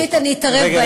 ראשית, אני אתערב בעניין.